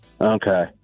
Okay